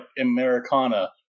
Americana